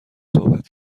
صحبت